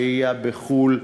שהייה בחו"ל,